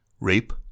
rape